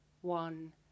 one